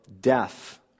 death